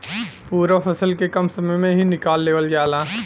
पूरा फसल के कम समय में ही निकाल लेवल जाला